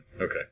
Okay